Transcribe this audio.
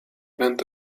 went